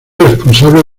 responsable